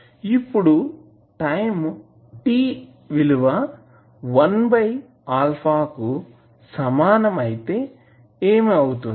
ఇప్పుడు time t విలువ 1α కు సమానం అయితే ఏమి అవుతుంది